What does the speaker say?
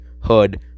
hood